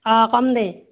অঁ কম দেই